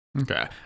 Okay